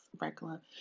regular